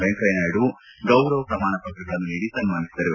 ವೆಂಕಯ್ಕನಾಯ್ಡು ಗೌರವ ಪ್ರಮಾಣ ಪತ್ರಗಳನ್ನು ನೀಡಿ ಸನ್ಮಾನಿಸಿದರು